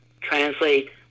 Translate